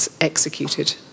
executed